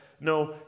no